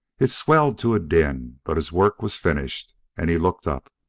it swelled to a din but his work was finished, and he looked up.